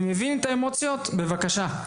אני מבין את האמוציות, בבקשה.